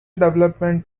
development